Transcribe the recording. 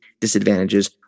disadvantages